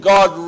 God